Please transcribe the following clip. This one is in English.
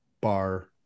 bar